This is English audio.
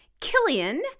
Killian